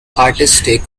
artistic